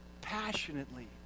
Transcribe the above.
passionately